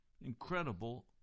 incredible